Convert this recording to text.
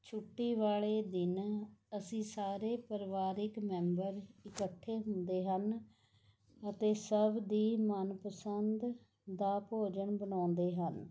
ਛੁੱਟੀ ਵਾਲੇ ਦਿਨ ਅਸੀਂ ਸਾਰੇ ਪਰਿਵਾਰਕ ਮੈਂਬਰ ਇਕੱਠੇ ਹੁੰਦੇ ਹਨ ਅਤੇ ਸਭ ਦੀ ਮਨਪਸੰਦ ਦਾ ਭੋਜਨ ਬਣਾਉਂਦੇ ਹਨ